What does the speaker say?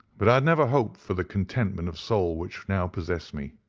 but i had never hoped for the contentment of soul which now possessed me.